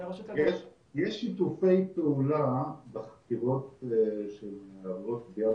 יש שיתופי פעולה בחטיבות שמטפלות בפגיעה